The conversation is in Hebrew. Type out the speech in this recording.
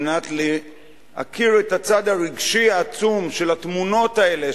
על מנת להכיר את הצד הרגשי העצום של התמונות האלה,